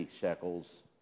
shekels